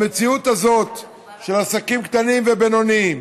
במציאות הזאת של עסקים קטנים ובינוניים,